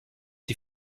die